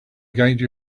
guide